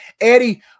Eddie